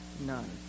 none